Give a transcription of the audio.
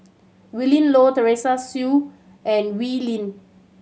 Willin Low Teresa Hsu and Wee Lin